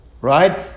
right